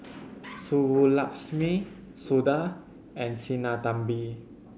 Subbulakshmi Suda and Sinnathamby